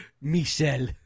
Michelle